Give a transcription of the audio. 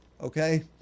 Okay